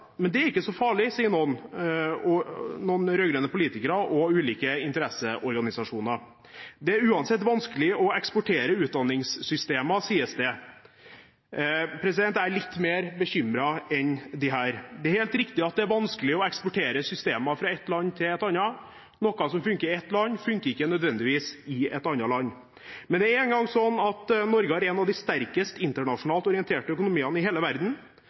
Men det er ikke så farlig, sier noen rød-grønne politikere og ulike interesseorganisasjoner. Det er uansett vanskelig å eksportere utdanningssystemer, sies det. Jeg er litt mer bekymret enn dem. Det er helt riktig at det er vanskelig å eksportere systemer fra et land til et annet. Noe som funker i et land, funker ikke nødvendigvis i et annet land. Men det er nå engang slik at Norge har en av de sterkest internasjonalt orienterte økonomiene i hele verden.